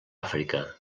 àfrica